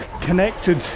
connected